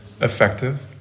effective